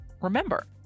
remember